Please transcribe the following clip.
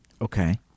Okay